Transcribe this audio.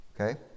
Okay